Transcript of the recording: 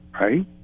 right